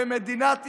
במדינת ישראל,